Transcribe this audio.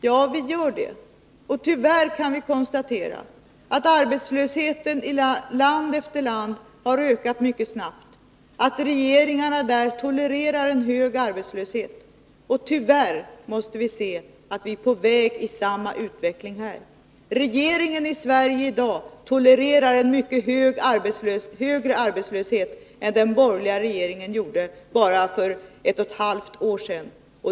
Ja, vi gör det, och tyvärr kan vi konstatera att arbetslösheten i land efter land har ökat mycket snabbt och att regeringarna där tolererar en hög arbetslöshet. Tyvärr finner vi att samma utveckling är på väg här. Regeringen i Sverige i dag tolererar en högre arbetslöshet än den borgerliga regeringen gjorde för ett och ett halvt år sedan.